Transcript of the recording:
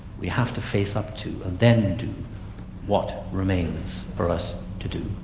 we have to face up to and then do what remains for us to do.